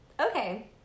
Okay